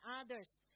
others